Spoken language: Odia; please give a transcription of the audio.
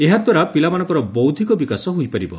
ଏହାଦ୍ୱାରା ପିଲାମାନଙ୍କର ବୌଦ୍ଧିକ ବିକାଶ ହୋଇପାରିବ